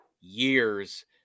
years